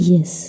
Yes